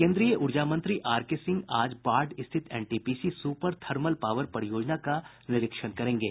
केन्द्रीय ऊर्जा मंत्री आर के सिंह आज बाढ़ स्थिति एनटीपीसी सुपर थर्मल पावर परियोजना का निरीक्षण करेंगे